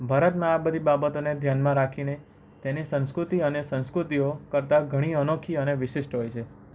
ભારતમાં આ બધી બાબતોને ધ્યાનમાં રાખીને તેની સંસ્કૃતિ અને સંસ્કૃતિઓ કરતા ઘણી અનોખી અને વિશિષ્ટ હોય છે